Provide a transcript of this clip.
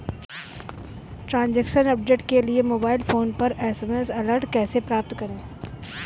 Transaction update के लिए mobile phone पर एस.एम.एस अलर्ट कैसे प्राप्त करें?